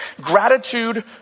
gratitude